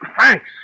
Thanks